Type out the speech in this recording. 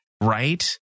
right